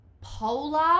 polar